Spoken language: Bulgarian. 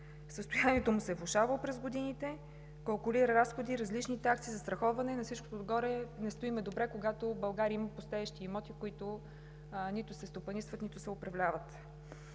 състоянието му се е влошавало през годините, калкулира разходи, различни такси, застраховане. На всичкото отгоре не стоим добре, когато България има пустеещи имоти, които нито се стопанисват, нито се управляват.